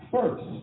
first